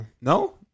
No